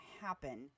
happen